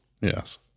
Yes